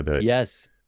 Yes